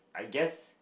I guess